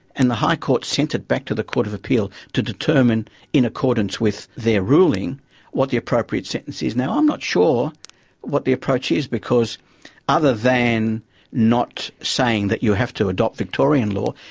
and the high court sent it back to the court of appeal to determine in accordance with their ruling what the appropriate sentence is. now, i'm not sure what the approach is because other than not saying that you have to adopt victorian law,